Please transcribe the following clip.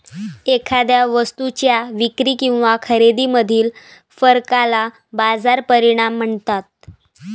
एखाद्या वस्तूच्या विक्री किंवा खरेदीमधील फरकाला बाजार परिणाम म्हणतात